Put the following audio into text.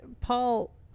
Paul